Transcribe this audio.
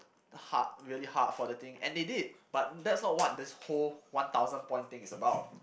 hard really hard for the thing and they did but that's not what this whole one thousand point thing is about